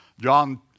John